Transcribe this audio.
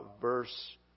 verse